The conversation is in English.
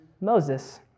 Moses